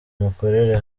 mukorere